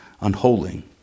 unholy